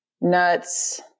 nuts